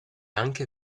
anche